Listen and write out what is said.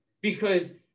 Because-